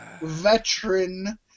Veteran